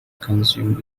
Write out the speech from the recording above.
consume